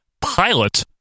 Pilot